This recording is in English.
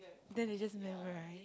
then they just memorise